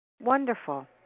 wonderful